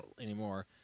anymore